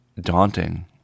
daunting